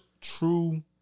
true